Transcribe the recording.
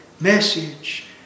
message